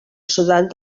sudan